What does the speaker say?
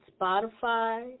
Spotify